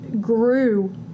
grew